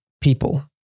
people